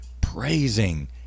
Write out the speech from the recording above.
praising